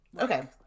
Okay